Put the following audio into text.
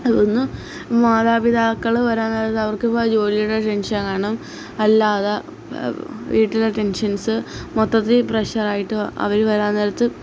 ഒന്ന് മാതാപിതാക്കള് വരാന് നേരത്ത് അവർക്കിപ്പോള് ജോലിയുടെ ടെൻഷൻ കാണും അല്ലാതെ വീട്ടിലെ ടെൻഷൻസ് മൊത്തത്തില് പ്രഷറായിട്ട് അവര് വരാൻ നേരത്ത്